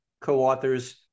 Co-authors